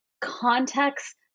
context